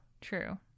true